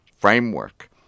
framework